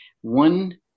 one